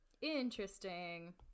Interesting